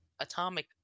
Atomic